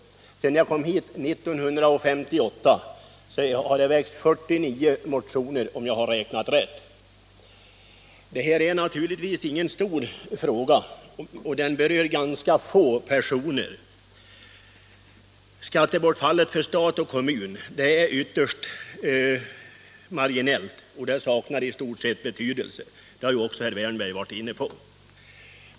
Sedan jag kom till riksdagen 1958 har det väckts 49 motioner, om jag har räknat rätt. Det här är naturligtvis ingen stor fråga och den berör ganska få personer. Skattebortfallet för stat och kommun är ytterst marginellt och saknar i stort sett betydelse. Det har också herr Wärnberg medgivit.